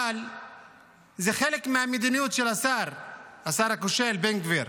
אבל זו חלק מהמדיניות של השר הכושל בן גביר.